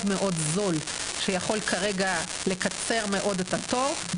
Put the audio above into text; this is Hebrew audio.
מאוד זול שיכול כרגע לקצר מאוד את התור.